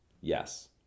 Yes